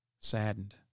saddened